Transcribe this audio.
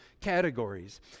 categories